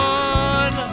one